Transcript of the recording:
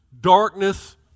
darkness